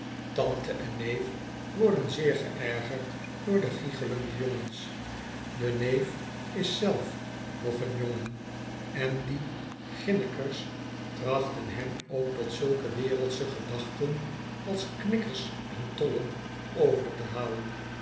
tante en neef worden zoer geërgerd door de giggelende jongens de neef is zelf nog een jongen en die giïnnikers trachten hem ook tot zulke wereldsche gedachten als knikkers en tollen over te halen